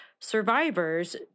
survivors